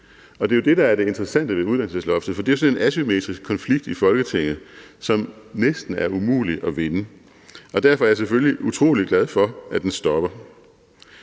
der er det interessante ved uddannelsesloftet, for det er sådan en asymmetrisk konflikt i Folketinget, som næsten er umulig at vinde. Derfor er jeg selvfølgelig utrolig glad for, at den stopper.